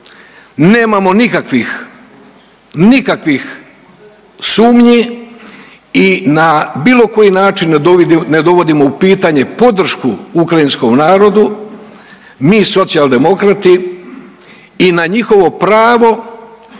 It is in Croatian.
nikakvih sumnji i na bilo koji način ne dovodimo u pitanje podršku ukrajinskom narodu mi Socijaldemokrati. I na njihovo pravo